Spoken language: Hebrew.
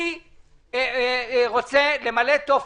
אני רוצה למלא טופס.